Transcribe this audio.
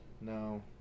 No